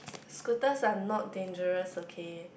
scooters are not dangerous okay